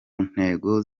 ntego